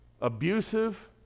abusive